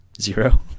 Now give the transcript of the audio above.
zero